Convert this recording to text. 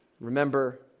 Remember